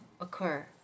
occur